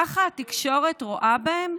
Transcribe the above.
ככה התקשורת רואה אותם?